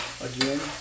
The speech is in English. again